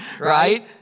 right